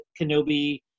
Kenobi